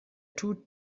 two